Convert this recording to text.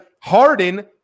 Harden